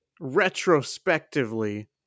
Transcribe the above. retrospectively